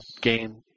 game